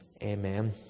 Amen